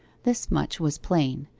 this much was plain,